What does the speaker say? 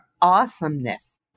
Awesomeness